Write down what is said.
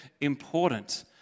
important